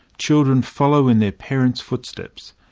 children follow in their parents' footsteps.